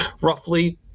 roughly